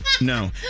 No